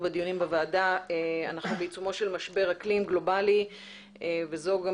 בדיונים בוועדה: אנחנו בעיצומו של משבר אקלים גלובלי וזאת גם